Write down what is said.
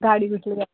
गाडी